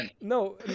no